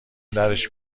درش